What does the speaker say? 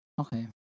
Okay